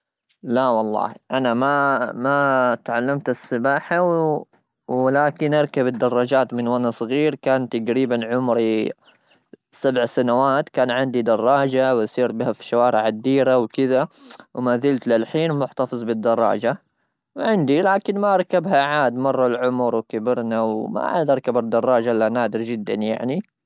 لا والله انا ما تعلمت السباحه ,ولكن اركب الدراجات من وانا صغير كان تقريبا عمري سبع سنوات ,كان عندي دراجه ويصير بها في الشوارع الديره وكذا وما زلت للحين محتفظ بالدراجه وعندي لكن ما ركبها عاد مره العمر وكبرنا وما عاد اركب الدراجه الا نادر جدا يعني.